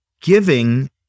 giving